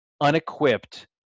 unequipped